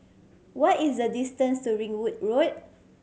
what is the distance to Ringwood Road